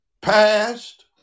past